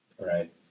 Right